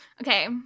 Okay